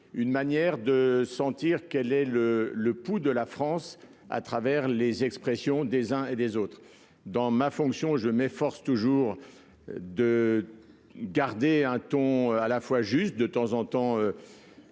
une manière de sentir qu'elle est le le pouls de la France à travers les expressions des uns et des autres dans ma fonction, je m'efforce toujours de. Garder un ton à la fois juste de temps en temps.